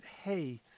hey